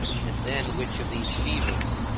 and then which of these fevers,